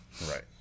right